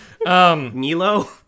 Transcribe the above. Milo